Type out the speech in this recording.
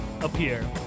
appear